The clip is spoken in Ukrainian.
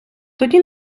тоді